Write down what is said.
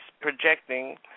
projecting